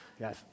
Yes